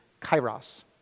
kairos